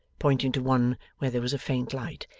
pointing to one where there was a faint light.